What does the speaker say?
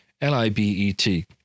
L-I-B-E-T